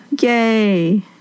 Yay